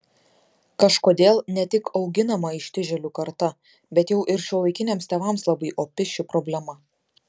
kažkodėl ne tik auginama ištižėlių karta bet jau ir šiuolaikiniams tėvams labai opi ši problema